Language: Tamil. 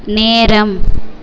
நேரம்